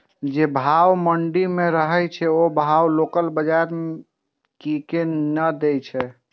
जे भाव मंडी में रहे छै ओ भाव लोकल बजार कीयेक ने दै छै?